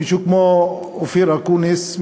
מישהו כמו אופיר אקוניס,